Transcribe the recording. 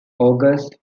august